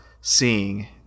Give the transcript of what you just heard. seeing